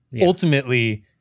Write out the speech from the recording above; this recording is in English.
ultimately